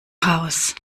raus